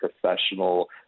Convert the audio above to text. professional